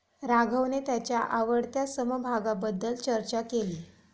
राघवने त्याच्या आवडत्या समभागाबद्दल चर्चा केली